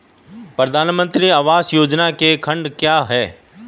प्रधानमंत्री आवास योजना के खंड क्या हैं?